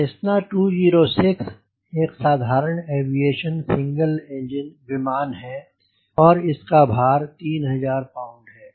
Cessna 206 एक साधारण aviation single engine विमान है और इसका भार 3000 पौंड है